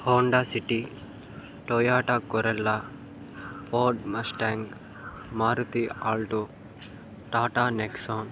Honda City Toyota Corolla Ford Mustang Maruti Alto Tata Nexon